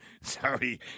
sorry